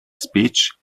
speech